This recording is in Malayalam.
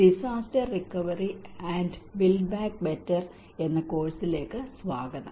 disaster recovery and build back better എന്ന കോഴ്സിലേക്ക് സ്വാഗതം